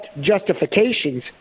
justifications